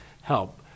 help